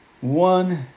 one